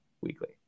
Weekly